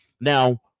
now